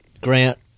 Grant